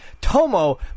Tomo